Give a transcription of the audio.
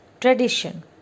tradition